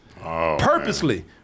Purposely